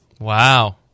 Wow